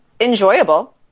enjoyable